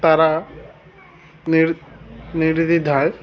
তারা নির নির্দ্বিধায়